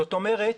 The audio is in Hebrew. זאת אומרת,